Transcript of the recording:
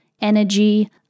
energy